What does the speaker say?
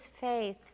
faith